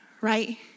right